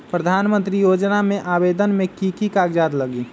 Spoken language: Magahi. प्रधानमंत्री योजना में आवेदन मे की की कागज़ात लगी?